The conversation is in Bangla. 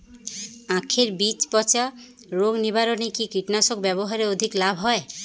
আঁখের বীজ পচা রোগ নিবারণে কি কীটনাশক ব্যবহারে অধিক লাভ হয়?